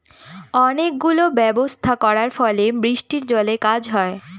অনেক গুলো ব্যবস্থা করার ফলে বৃষ্টির জলে কাজ হয়